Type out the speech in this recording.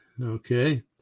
Okay